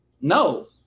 no